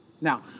Now